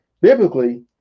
biblically